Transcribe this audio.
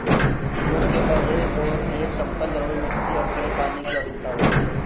jute के पौधे को एक समतल जलोढ़ मिट्टी और खड़े पानी की आवश्यकता होती है